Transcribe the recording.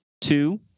two